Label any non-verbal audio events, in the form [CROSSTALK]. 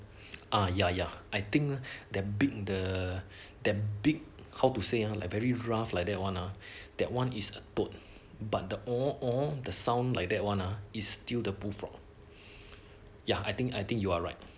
ah ya ya I think the big the damn big how to say ah like very rough like that one lah that one is a toad but the [NOISE] the sound like that one ah is still the bullfrog ya I think I think you are right